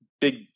big